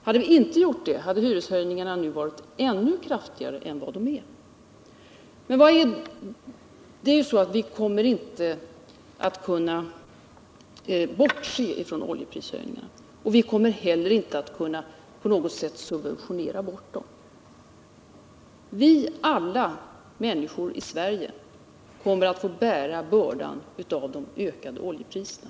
Hade vi inte gått emot oljebolagens krav, hade hyreshöjningarna nu varit ännu kraftigare än vad de är. Men vi kommer inte att kunna bortse från oljeprishöjningarna, och vi kommer inte heller att kunna subventionera bort dem på något sätt. Alla vi människor här i Sverige kommer att få bära bördan av de ökade oljepriserna.